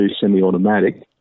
semi-automatic